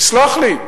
תסלח לי,